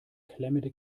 klemmende